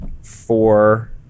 four